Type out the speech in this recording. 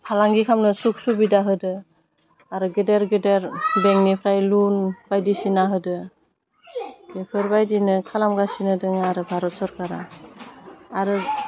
फालांगि खालामनो सुख सुबिदा होदो आरो गेदेर गेदेर बेंकनिफ्राय लुन बायदिसिना होदो बेफोरबायदिनो खालामगासिनो दोङो आरो भारत सरकारा आरो